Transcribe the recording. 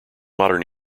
modern